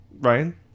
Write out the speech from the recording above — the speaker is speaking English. Ryan